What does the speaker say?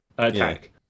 Attack